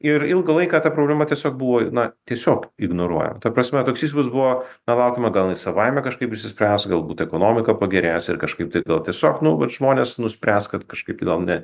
ir ilgą laiką ta programa tiesiog buvo na tiesiog ignoruojama ta prasme toks įspūdis buvo na laukime gal jinai savaime kažkaip išsispręs galbūt ekonomika pagerės ir kažkaip tai gal tiesiog nu vat žmonės nuspręs kad kažkaip tai gal ne